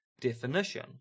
definition